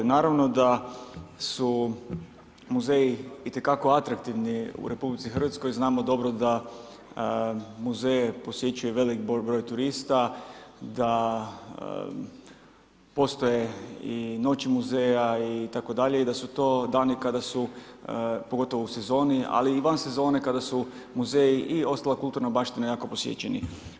Naravno da su muzeji itekako atraktivni u RH, znamo dobro da muzeje posjećuje velik broj turista, da postoje i Noć muzeja itd. i da su to dani kada su pogotovo u sezoni ali i van sezone kada su muzeji i ostala kulturna baština jako posjećeni.